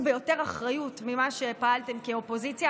ביותר אחריות ממה שפעלתם כאופוזיציה.